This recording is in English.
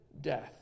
death